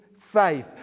faith